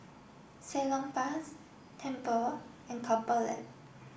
Salonpas Tempur and Couple Lab